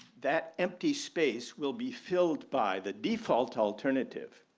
that empty space will be filled by the default alternative,